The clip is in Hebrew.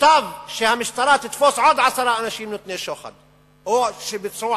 מוטב שהמשטרה תתפוס עוד עשרה אנשים נותני שוחד או שביצעו